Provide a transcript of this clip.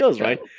right